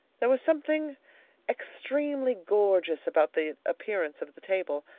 there was something extremely gorgeous about the appearance of the table,